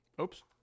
Oops